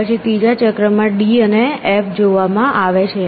પછી ત્રીજા ચક્રમાં d અને f જોવામાં આવે છે